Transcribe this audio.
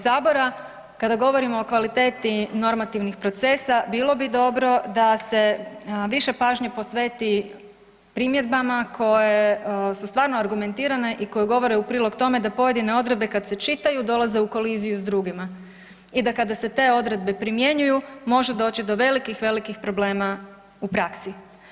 Kada govorimo o kvaliteti normativnih procesa bilo bi dobro da se više pažnje posveti primjedbama koje su stvarno argumentirane i koje govore u prilog tome da pojedine odredbe kad se čitaju dolaze u koliziju s drugima i da kada se te odredbe primjenjuju može doći do velikih, velikih problema u praksi.